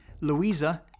Louisa